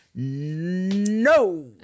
no